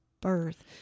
birth